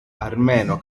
armeno